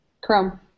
Chrome